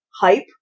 hype